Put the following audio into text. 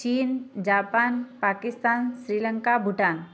चीन जापान पाकिस्तान श्री लंका भूटान